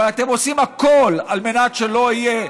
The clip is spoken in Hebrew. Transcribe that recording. אבל אתם עושים הכול על מנת שלא תהיה,